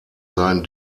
sein